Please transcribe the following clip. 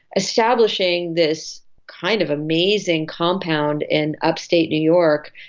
establishing this kind of amazing compound in upstate new york,